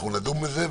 נדון בזה,